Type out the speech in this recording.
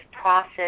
process